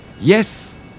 Yes